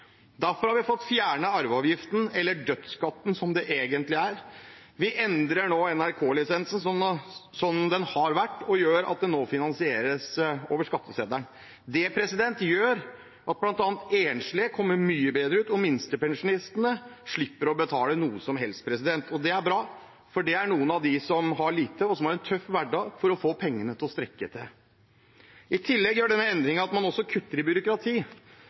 Derfor har vi fått fjernet arveavgiften, eller dødsskatten som det egentlig er. Vi endrer nå NRK-lisensen som den har vært, og gjør at den nå finansieres over skatteseddelen. Det gjør at bl.a. enslige kommer mye bedre ut, og at minstepensjonistene slipper å betale noe som helst. Det er bra, for noen av dem har lite og har en tøff hverdag for å få pengene til å strekke til. I tillegg gjør denne endringen at man kutter i byråkrati.